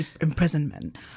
imprisonment